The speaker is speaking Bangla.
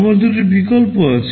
আমার দুটি বিকল্প আছে